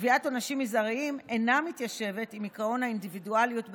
קביעת עונשים מזעריים אינה מתיישבת עם עקרון האינדיבידואליות בענישה,